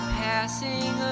passing